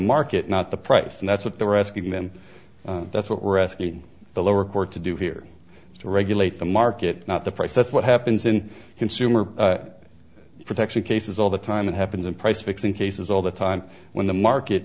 market not the price and that's what they're asking them that's what we're asking the lower court to do here to regulate the market not the price that's what happens in consumer protection cases all the time it happens in price fixing cases all the time when the market